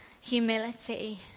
humility